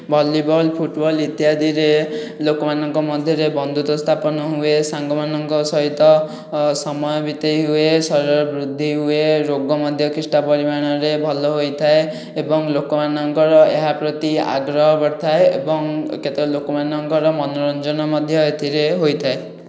volleyball football ଇତ୍ୟାଦିରେ ଲୋକମାନଙ୍କ ମଧ୍ୟରେ ବନ୍ଧୁତ୍ଵ ସ୍ଥାପନ ହୁଏ ସାଙ୍ଗମାନଙ୍କ ସହିତ ସମୟ ବିତେଇ ହୁଏ ଶରୀର ବୃଦ୍ଧି ହୁଏ ରୋଗ ମଧ୍ୟ କିଛିଟା ପରିମାଣରେ ଭଲ ହୋଇଥାଏ ଏବଂ ଲୋକମାନଙ୍କର ଏହା ପ୍ରତି ଆଗ୍ରହ ବଢ଼ିଥାଏ ଏବଂ କେତକ ଲୋକମାନଙ୍କର ମନୋରଞ୍ଜନ ମଧ୍ୟ ଏଥିରେ ହୋଇଥାଏ